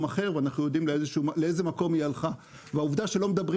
אחר ואנחנו יודעים לאיזה מקום היא הלכה והעובדה שלא מדברים